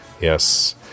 Yes